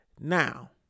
Now